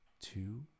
two